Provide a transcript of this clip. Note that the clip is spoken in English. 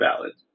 valid